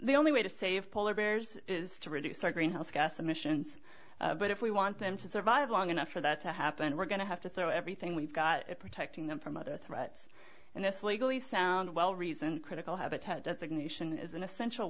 the only way to save polar bears is to reduce our greenhouse gas emissions but if we want them to survive long enough for that to happen we're going to have to throw everything we've got at protecting them from other threats and this legally sound well reasoned critical habitat designation is an essential